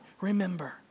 remember